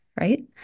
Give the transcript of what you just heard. right